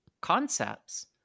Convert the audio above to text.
concepts